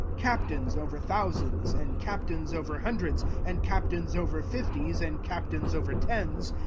captains over thousands, and captains over hundreds, and captains over fifties, and captains over tens,